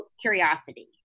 curiosity